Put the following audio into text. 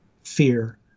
fear